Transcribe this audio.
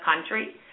country